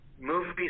movies